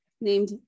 named